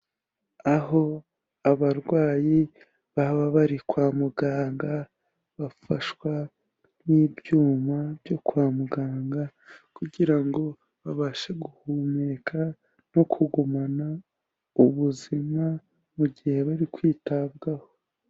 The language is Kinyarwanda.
Aho abarwayi baba bari kwa muganga bafashwa n'ibyuma byo kwa muganga kugira ngo babashe guhumeka no kugumana ubuzima mu gihe bari kwitabwaho.